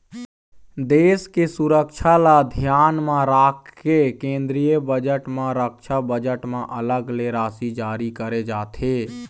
देश के सुरक्छा ल धियान म राखके केंद्रीय बजट म रक्छा बजट म अलग ले राशि जारी करे जाथे